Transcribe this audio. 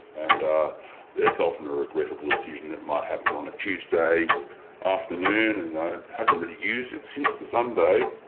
and ah it's often a regrettable decision that might happen on a tuesday afternoon and i haven't really used it since the sunday.